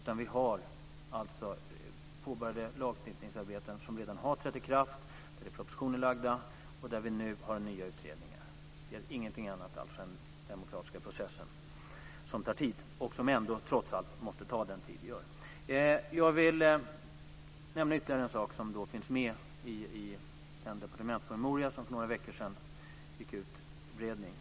Vi har påbörjat lagstiftningsarbeten där propositioner har lagts fram och där det nu finns nya utredningar. Det är ingenting annat än den demokratiska processen som tar tid. Den måste trots allt få ta den tid den tar. Det är ytterligare en sak som finns med i den departementspromemoria som för några veckor sedan gick ut för beredning.